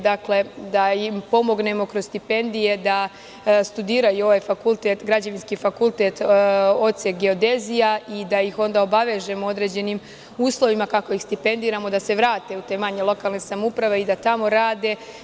Dakle, da im pomognemo kroz stipendije da studiraju građevinski fakultet, odsek geodezija, da ih onda obavežemo određenim uslovima, ako iz stipendiramo da se vrate u te manje lokalne samouprave i da tamo rade.